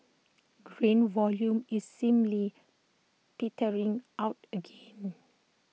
grain volume is seemingly petering out again